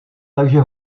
takže